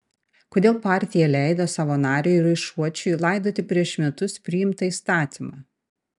kodėl partija leido savo nariui raišuočiui laidoti prieš metus priimtą įstatymą